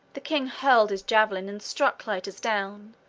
the king hurled his javelin and struck clitus down,